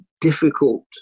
difficult